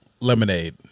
lemonade